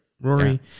Rory